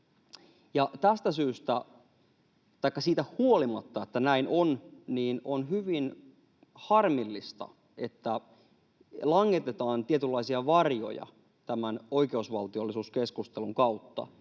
Tästä syystä — taikka siitä huolimatta, että näin on — on hyvin harmillista, että langetetaan tietynlaisia varjoja tämän oikeusvaltiollisuuskeskustelun kautta